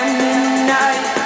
midnight